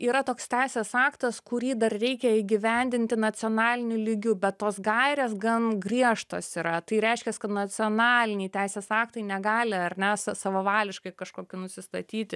yra toks teisės aktas kurį dar reikia įgyvendinti nacionaliniu lygiu bet tos gairės gan griežtos yra tai reiškias kad nacionaliniai teisės aktai negali ar ne savavališkai kažkokių nusistatyti